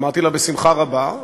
אמרתי לה: בשמחה רבה.